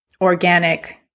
organic